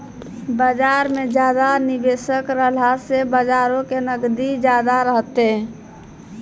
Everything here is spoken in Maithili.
बजार मे ज्यादा निबेशक रहला से बजारो के नगदी ज्यादा रहतै